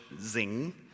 zing